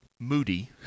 Moody